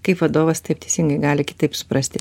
kaip vadovas taip teisingai gali kitaip suprasti